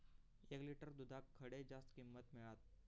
एक लिटर दूधाक खडे जास्त किंमत मिळात?